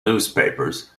newspapers